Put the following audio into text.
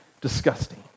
disgusting